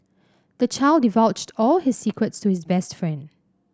the child divulged all his secrets to his best friend